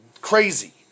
crazy